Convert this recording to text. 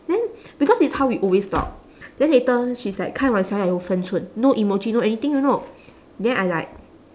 then because it's how we always talk then later she's like 开玩笑要有分寸 no emoji no anything you know then I like